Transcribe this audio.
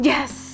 Yes